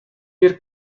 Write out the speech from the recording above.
here